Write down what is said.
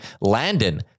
Landon